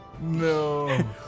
No